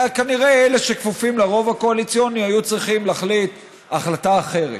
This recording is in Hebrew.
כנראה אלה שכפופים לרוב הקואליציוני היו צריכים להחליט החלטה אחרת.